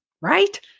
right